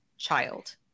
child